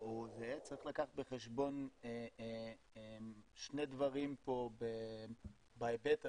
צריך לקחת בחשבון שני דברים פה בהיבט הזה,